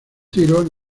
tiros